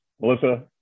Melissa